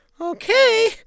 Okay